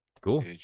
Cool